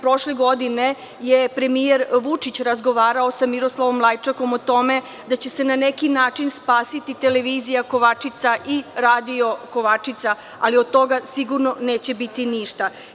Prošle godine je premijer Vučić razgovarao sa Miroslavom Lajčekom o tome da će se na neki način spasiti Televizija „Kovačica“ i Radio „Kovačica“, ali od toga sigurno neće biti ništa.